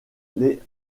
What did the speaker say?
les